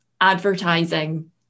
advertising